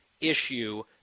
issue